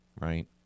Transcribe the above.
Right